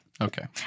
Okay